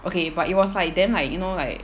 okay but it was like damn like you know like